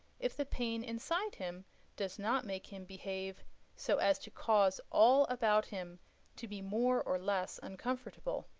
if the pain inside him does not make him behave so as to cause all about him to be more or less uncomfortable.